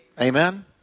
Amen